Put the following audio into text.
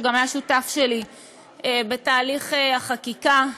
שגם היה שותף שלי בתהליך החקיקה.